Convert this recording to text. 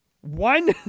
One